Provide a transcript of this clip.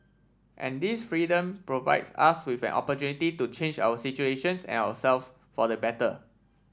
and this freedom provides us with an opportunity to change our situations and ourselves for the better